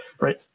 right